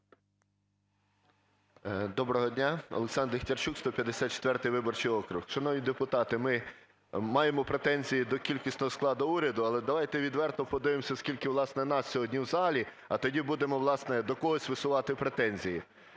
Доброго дня! Олександр Дехтярчук, 154-й виборчий округ. Шановні депутати, ми маємо претензії до кількісного складу уряду, але давайте відверто подивимося скільки, власне, нас сьогодні в залі, а тоді будемо, власне, до когось висувати претензії.